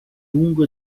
lungo